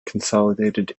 consolidated